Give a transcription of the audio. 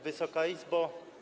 Wysoka Izbo!